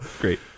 Great